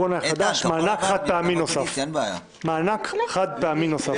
נגיף הקורונה החדש) (מענק חד-פעמי נוסף),